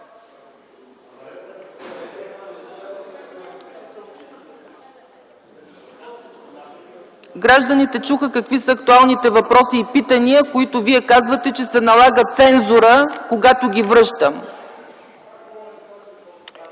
Гражданите чуха какви са актуалните въпроси и питания, за които вие казвате, че се налага цензура, когато ги връщам.